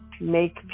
make